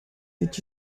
did